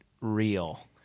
real